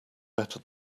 better